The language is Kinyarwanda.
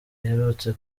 iherutse